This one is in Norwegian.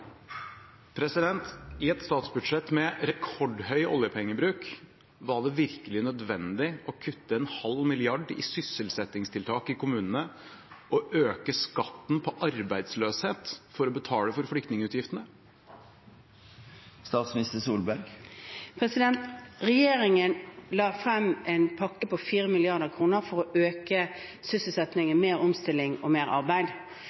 I et statsbudsjett med rekordhøy oljepengebruk, var det virkelig nødvendig å kutte en halv milliard i sysselsettingstiltak i kommunene og øke skatten på arbeidsløshet for å betale for flyktningutgiftene? Regjeringen la frem en pakke på 4 mrd. kr for økt sysselsetting, mer omstilling og mer arbeid.